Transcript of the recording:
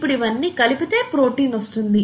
ఇప్పుడు ఇవన్నీ కలిపితే ప్రోటీన్ వస్తుంది